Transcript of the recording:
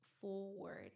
forward